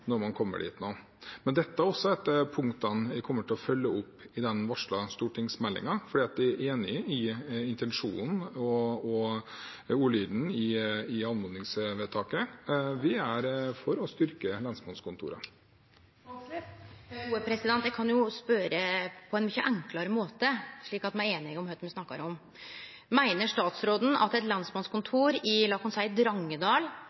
når man kommer dit. Dette er et av punktene jeg kommer til å følge opp i den varslede stortingsmeldingen, for jeg er enig i intensjonen og ordlyden i anmodningsvedtaket. Jeg er for å styrke lensmannskontorene. Eg kan jo spørje på ein mykje enklare måte, slik at me er einige om kva me snakkar om. Meiner statsråden at eit lensmannskontor i – la oss seie – Drangedal,